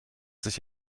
sich